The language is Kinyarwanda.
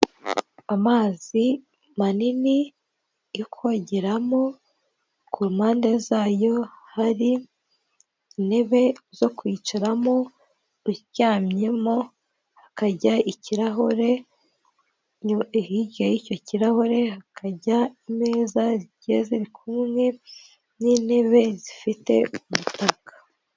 Amazi manini yo kogeramo ku mpande zayo hari intebe zo kwicaramo uryamyemo, hakajya ikirahure, hirya y'icyo kirahure hakajya imeza zigiye ziri kumwe n'intebe zifite udutaka.